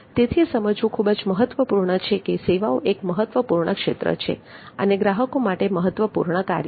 તેથી એ સમજવું ખૂબ જ મહત્વપૂર્ણ છે કે સેવાઓ એક મહત્ત્વપૂર્ણ ક્ષેત્ર છે અને ગ્રાહકો માટે મહત્વપૂર્ણ કાર્ય છે